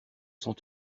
sans